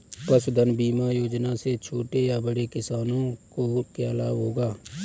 पशुधन बीमा योजना से छोटे या बड़े किसानों को क्या लाभ होगा?